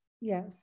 Yes